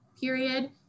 period